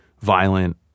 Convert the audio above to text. violent